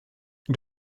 nid